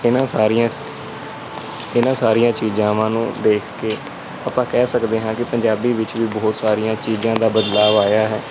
ਇਹਨਾਂ ਸਾਰੀਆਂ ਇਹਨਾਂ ਸਾਰੀਆਂ ਚੀਜ਼ਾਂਵਾਂ ਨੂੰ ਦੇਖ ਕੇ ਆਪਾਂ ਕਹਿ ਸਕਦੇ ਹਾਂ ਕਿ ਪੰਜਾਬੀ ਵਿੱਚ ਵੀ ਬਹੁਤ ਸਾਰੀਆਂ ਚੀਜ਼ਾਂ ਦਾ ਬਦਲਾਵ ਆਇਆ ਹੈ